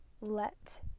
let